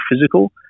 physical